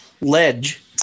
ledge